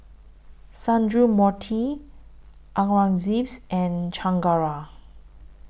Sundramoorthy Aurangzeb and Chengara